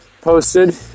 posted